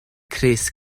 crys